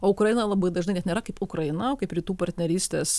o ukraina labai dažnai net nėra kaip ukraina o kaip rytų partnerystės